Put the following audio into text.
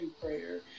prayer